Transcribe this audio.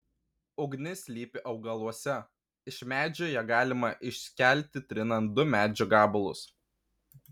ugnis slypi augaluose iš medžio ją galima išskelti trinant du medžio gabalus